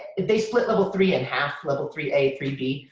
they split level three in half, level three a, three b.